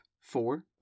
Four